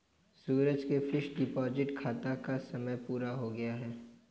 सूरज के fixed deposit खाता का समय पूरा हो गया है